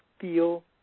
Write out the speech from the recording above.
feel